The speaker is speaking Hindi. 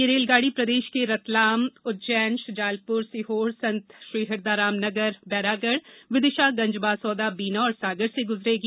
यह रेलगाड़ी प्रदेष के रतलाम उज्जैन श्रजालपुर सीहोर संत श्री हिरदारामनगर बैरागढ़ विदिशा गंजबासोदा बीना और सागर से गुजरेगी